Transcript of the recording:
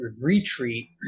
retreat